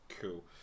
Cool